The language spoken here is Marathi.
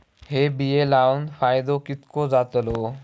हे बिये लाऊन फायदो कितको जातलो?